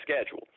schedule